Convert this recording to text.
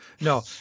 No